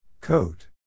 Coat